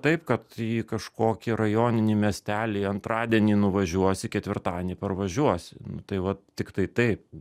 taip kad į kažkokį rajoninį miestelį antradienį nuvažiuosi ketvirtadienį pervažiuosi nu tai vat tiktai taip